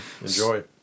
Enjoy